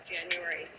January